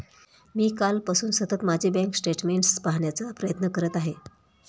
मी कालपासून सतत माझे बँक स्टेटमेंट्स पाहण्याचा प्रयत्न करत आहे